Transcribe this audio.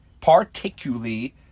particularly